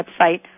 website